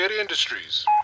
Industries